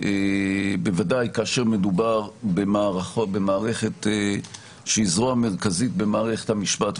בוודאי כאשר מדובר במערכת שהיא זרוע מרכזית במערכת המשפט.